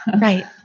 Right